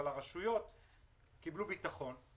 אבל הרשויות קיבלו ביטחון,